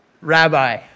Rabbi